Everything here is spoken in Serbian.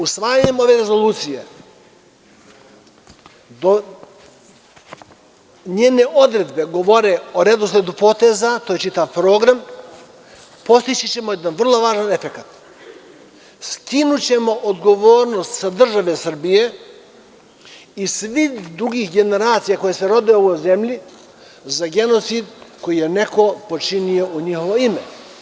Usvajanjem ove rezolucije, njene odredbe govore o redosledu poteza, to je čitav program, postići ćemo jedan vrlo važan efekat – skinućemo odgovornost sa države Srbije i svih drugih generacija koje se rode u ovoj zemlji za genocid koji je neko počinio u njihovo ime.